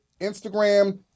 Instagram